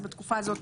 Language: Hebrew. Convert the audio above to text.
בתקופה הזאת